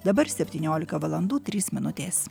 dabar septyniolika valandų trys minutės